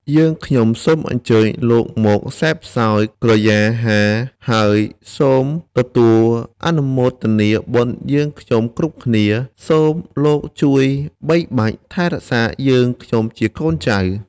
យើងខ្ញុំសូមអញ្ជើញលោកមកសេពសោយក្រយាហា ហើយសូមទទួលអនុមោទនាបុណ្យយើងខ្ញុំគ្រប់គ្នា សូមលោកជួយបីបាច់ថែរក្សាយើងខ្ញុំជាកូនចៅ